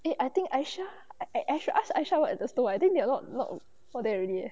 eh I think I aisah I I should ask aisah lock the stall I think they not not there already eh